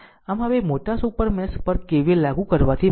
આમ હવે મોટા સુપર મેશ પર KVL લાગુ કરવાથી મળશે